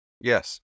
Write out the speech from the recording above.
Yes